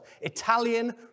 Italian